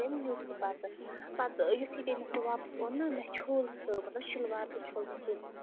تٔمۍ نیٛوٗ سُہ پَتہٕ پَتہٕ یُتھے تٔمۍ مےٚ سُہ واپَس اوٚن نا مےٚ چھوٚل سُہ مطلب شَلوار تہِ چھوٚل مےٚ تٔمۍ